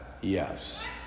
Yes